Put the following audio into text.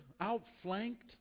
outflanked